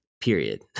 Period